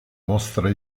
mostra